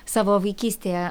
savo vaikystėje